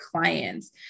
clients